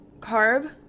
carb